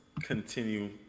continue